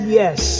yes